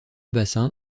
bassin